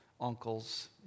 uncles